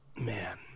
Man